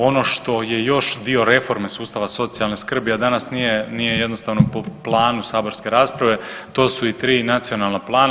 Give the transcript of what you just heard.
Ono što je još dio reforme sustava socijalne skrbi, a danas nije jednostavno po planu saborske rasprave, to su i tri nacionalna plana.